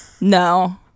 No